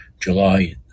July